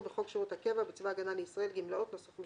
בחוק שירות הקבע בצבא הגנה לישראל (גמלאות) ,